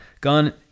gone